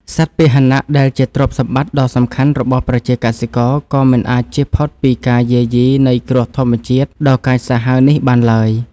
សត្វពាហនៈដែលជាទ្រព្យសម្បត្តិដ៏សំខាន់របស់ប្រជាកសិករក៏មិនអាចជៀសផុតពីការយាយីនៃគ្រោះធម្មជាតិដ៏កាចសាហាវនេះបានឡើយ។